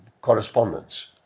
correspondence